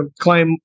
claim